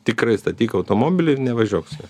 tikrai statyk automobilį ir nevažiuok su juo